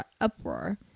uproar